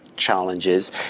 challenges